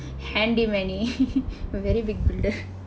handy many a very big builder